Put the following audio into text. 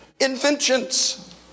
Inventions